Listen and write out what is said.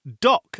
dock